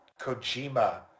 Kojima